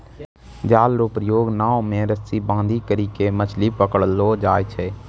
जाल रो प्रयोग नाव मे रस्सी बांधी करी के मछली पकड़लो जाय छै